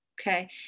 Okay